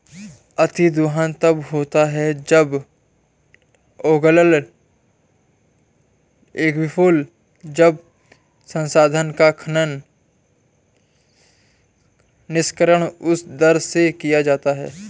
अतिदोहन तब होता है जब ओगलाला एक्वीफर, जल संसाधन का खनन, निष्कर्षण उस दर से किया जाता है